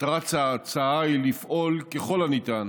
מטרת ההצעה היא לפעול ככל הניתן